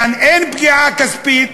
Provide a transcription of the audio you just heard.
יעני, אין פגיעה כספית,